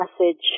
message